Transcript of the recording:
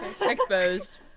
Exposed